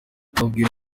babwira